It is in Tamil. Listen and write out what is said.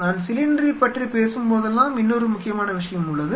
நான் சிலிண்டரைப் பற்றி பேசும்போதெல்லாம் இன்னொரு முக்கியமான விஷயம் உள்ளது